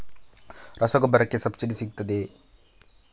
ರಸಗೊಬ್ಬರಕ್ಕೆ ಸಬ್ಸಿಡಿ ಸಿಗುತ್ತದೆಯೇ?